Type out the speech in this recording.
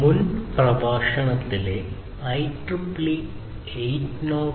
മുൻ പ്രഭാഷണത്തിലെ IEEE 802